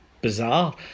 bizarre